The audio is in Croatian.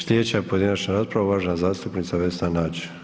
Slijedeća pojedinačna rasprava uvažena zastupnica Vesna Nađ.